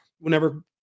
Whenever